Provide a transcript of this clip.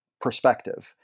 perspective